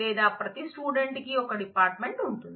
లేదా ప్రతి స్టూడెంట్ కీ ఒక డిపార్ట్మెంట్ ఉంటుంది